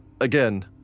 Again